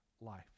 life